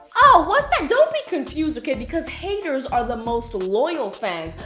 oh, what's that? don't be confused, okay, because haters are the most loyal fans.